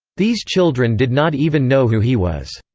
these children did not even know who he was!